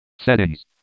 Settings